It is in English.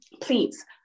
please